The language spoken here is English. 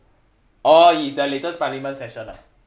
oh it's the latest parliament session ah